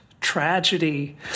tragedy